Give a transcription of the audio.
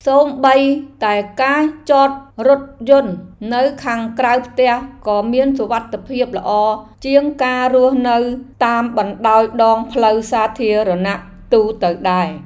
សូម្បីតែការចតរថយន្តនៅខាងក្រៅផ្ទះក៏មានសុវត្ថិភាពល្អជាងការរស់នៅតាមបណ្តោយដងផ្លូវសាធារណៈទូទៅដែរ។